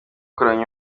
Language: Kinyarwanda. kuramya